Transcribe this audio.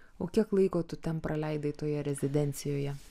o kiek laiko tu ten praleidai toje rezidencijoje